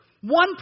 One